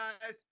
guys